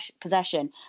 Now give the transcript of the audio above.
possession